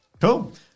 Cool